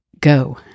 go